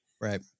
right